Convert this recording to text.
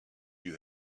you